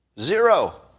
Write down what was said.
Zero